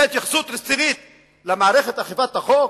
זה התייחסות רצינית למערכת אכיפת החוק,